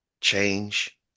change